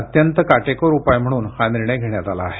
अत्यंत काटेकोर उपाय म्हणून हा निर्णय घेण्यात आला आहे